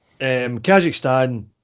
Kazakhstan